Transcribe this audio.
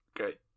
Okay